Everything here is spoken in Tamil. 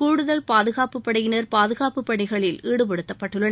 கூடுதல் பாதுகாப்பு படையினர் பாதுகாப்பு பணிகளில் ஈடுப்படுத்தப்பட்டுள்ளனர்